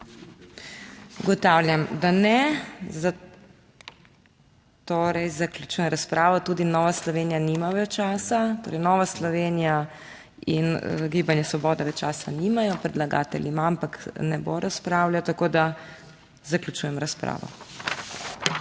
Ugotavljam, da ne. Torej zaključujem razpravo. Tudi Nova Slovenija nima več časa, torej Nova Slovenija in gibanje Svoboda več časa nimajo, predlagatelj ima, ampak ne bo razpravljal. Tako da zaključujem razpravo.